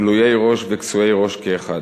גלויי ראש וכסויי ראש כאחד.